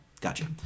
Gotcha